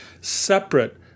separate